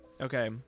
Okay